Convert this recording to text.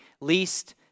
least